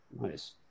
Nice